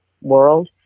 world